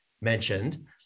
mentioned